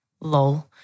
Lol